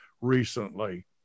recently